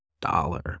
dollar